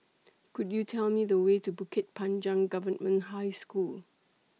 Could YOU Tell Me The Way to Bukit Panjang Government High School